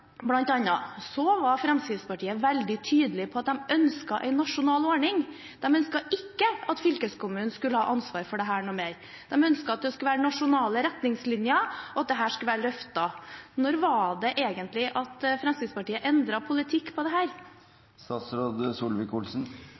var Fremskrittspartiet veldig tydelig på at de ønsket en nasjonal ordning. De ønsket ikke at Fylkeskommunen skulle ha ansvaret for dette lenger. De ønsket at det skulle være nasjonale retningslinjer, og at dette skulle bli løftet fram. Når endret egentlig Fremskrittspartiet politikk på dette området? Jeg kan godt stå her